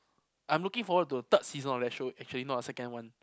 I'm looking forward to the third season of that show actually no the second one